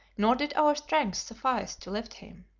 nor did our strength suffice to lift him.